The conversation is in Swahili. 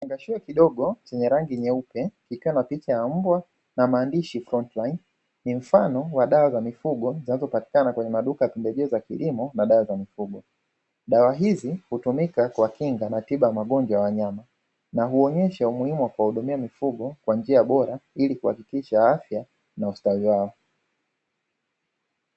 Kifungashio kidogo chenye rangi nyeupe kikiwa na picha ya mbwa na maandishi "FRONTLINE". Ni mfano wa dawa za mifugo zinazopatika kwenye maduka ya pembejeo za kilimo na dawa za mifugo. Dawa hizi hutumika kwa kinga na tiba ya magonjwa ya wanyama, na huonyesha umuhimu wa kuwahudumia mifugo kwa njia bora ili kuhakikisha afya na ustawi wao.